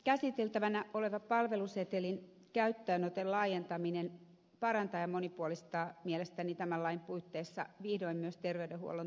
käsiteltävänä oleva palvelusetelin käyttöönoton laajentaminen parantaa ja monipuolistaa mielestäni tämän lain puitteissa vihdoin myös terveydenhuollon toteuttamista